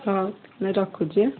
ହଁ ମୁଁ ରଖୁଛି